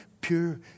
pure